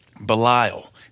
Belial